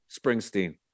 Springsteen